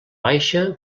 baixa